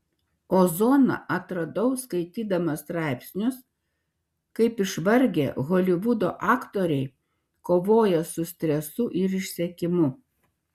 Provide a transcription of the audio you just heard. ozoną atradau skaitydamas straipsnius kaip išvargę holivudo aktoriai kovoja su stresu ir išsekimu